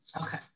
Okay